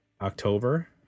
October